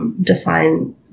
define